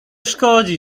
szkodzi